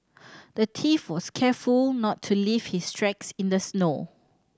the was careful not to leave his tracks in the snow